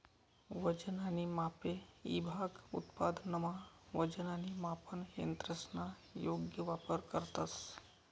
वजन आणि मापे ईभाग उत्पादनमा वजन आणि मापन यंत्रसना योग्य वापर करतंस